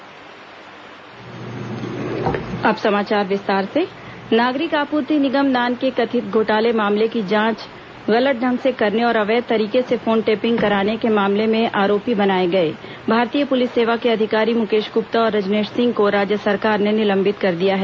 मुकेश गुप्ता रजनेश सिंह निलंबित नागरिक आपूर्ति निगम नान के कथित घोटाले मामले की जांच गलत ढंग से करने और अवैध तरीके से फोन टेपिंग कराने के मामले में आरोपी बनाए गए भारतीय पुलिस सेवा के अधिकारी मुकेश गुप्ता और रजनेश सिंह को राज्य सरकार ने निलंबित कर दिया है